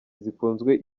zikunzwe